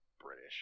British